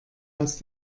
aus